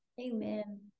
Amen